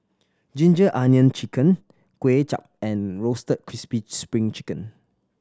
ginger onion chicken Kuay Chap and Roasted Crispy Spring Chicken